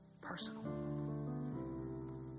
Personal